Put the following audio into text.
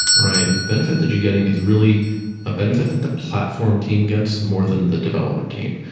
right? the benefit that you're getting is really a benefit that the platform team gets more than the developer team,